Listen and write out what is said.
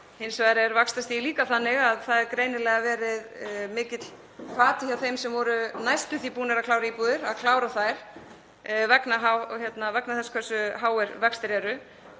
Hins vegar er vaxtastigið líka þannig að það hefur greinilega verið mikill hvati hjá þeim sem voru næstum því búnir að klára íbúðir að klára þær vegna þess hversu háir vextir eru.